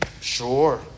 Sure